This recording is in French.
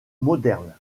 modernes